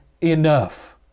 enough